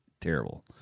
terrible